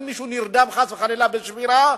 אם מישהו נרדם חס וחלילה בשמירה,